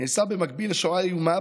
נעשה במקביל לשואה איומה,